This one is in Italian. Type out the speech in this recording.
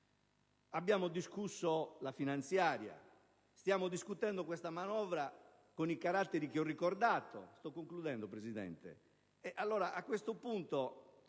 Abbiamo discusso la finanziaria, stiamo discutendo questa manovra, con i caratteri che ho ricordato.